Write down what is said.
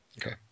Okay